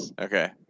Okay